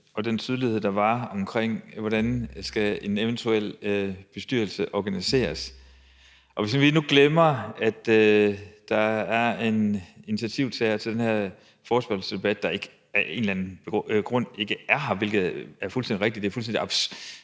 og den tydelighed, der var omkring, hvordan en eventuel bestyrelse skal organiseres. Lad os glemme, at en initiativtager til den her forespørgselsdebat af en eller anden grund ikke er her, hvilket jo fuldstændig rigtigt er paradoksalt.